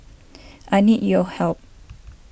I need your help